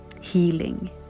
healing